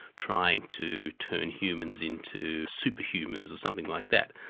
trying to turn humans into super-humans, or something like that.